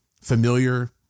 familiar